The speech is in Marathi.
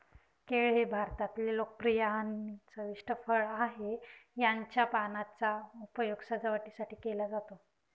केळ हे भारतातले लोकप्रिय आणि चविष्ट फळ आहे, त्याच्या पानांचा उपयोग सजावटीसाठी केला जातो